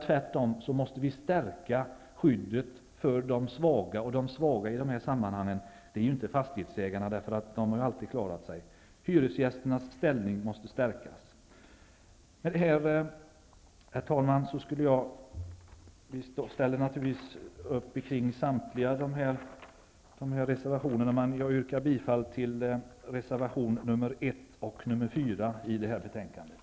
Tvärtom bör skyddet för de svaga stärkas, och de svaga i det här sammanhanget är ju inte fastighetsägarna -- de har alltid klarat sig. Hyresgästernas ställning måste stärkas. Herr talman! Med det anförda ställer jag mig bakom samtliga reservationer som jag har berört, men jag yrkar bifall endast till reservationerna 1